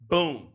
Boom